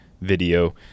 video